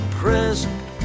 present